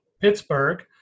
Pittsburgh